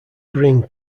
greene